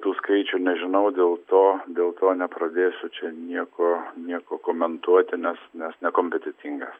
tų skaičių nežinau dėl to dėl to nepradėsiu čia nieko nieko komentuoti nes nes nekompetentingas